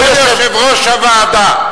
או יושב-ראש הוועדה"